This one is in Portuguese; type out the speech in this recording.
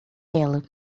ela